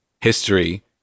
history